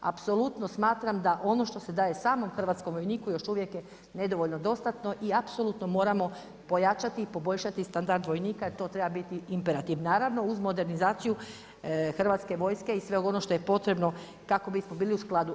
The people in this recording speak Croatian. Apsolutno smatram da ono što se daje samo hrvatskom vojniku još uvijek je nedovoljno dostatno i apsolutno moramo pojačati i poboljšati standard vojnika i to treba biti imperativ, naravno uz modernizaciju Hrvatske vojske i sve ono što je potrebno kako bismo bili u skladu.